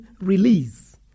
release